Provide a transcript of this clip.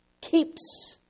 keeps